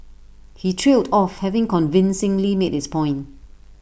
he trailed off having convincingly made his point